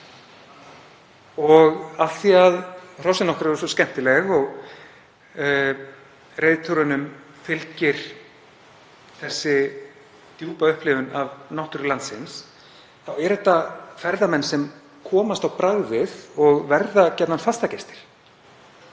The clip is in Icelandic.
og af því að hrossin okkar eru svo skemmtileg og reiðtúrunum fylgir þessi djúpa upplifun af náttúru landsins þá eru þetta ferðamenn sem komast á bragðið og verða gjarnan fastagestir.